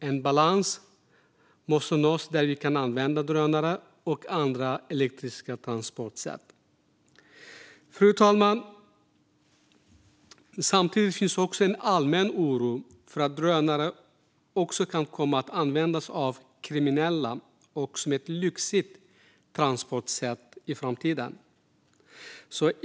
En balans måste nås där vi kan använda drönare och andra elektriska transportsätt. Fru talman! Samtidigt finns en allmän oro för att drönare också kan komma att användas av kriminella och som ett lyxigt transportsätt i framtiden.